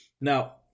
now